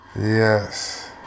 Yes